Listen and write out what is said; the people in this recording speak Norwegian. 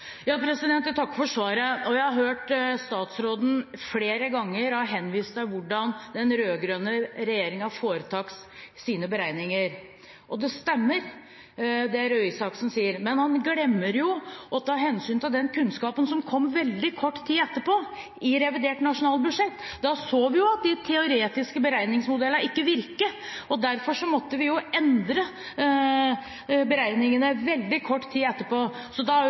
Jeg takker for svaret. Jeg har hørt statsråden flere ganger henvise til hvordan den rød-grønne regjeringen foretok sine beregninger. Det stemmer det Røe Isaksen sier, men han glemmer å ta hensyn til den kunnskapen som kom veldig kort tid etterpå, i revidert nasjonalbudsjett. Da så vi jo at de teoretiske beregningsmodellene ikke virket, og derfor måtte vi endre beregningene veldig kort tid etterpå.